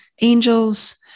Angels